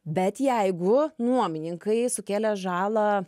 bet jeigu nuomininkai sukėlė žalą